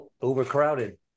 overcrowded